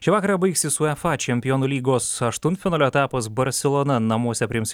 šį vakarą baigsis uefa čempionų lygos aštuntfinalio etapas barselona namuose priims